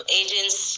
agents